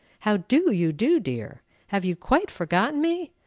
how do you do, dear? have you quite forgotten me?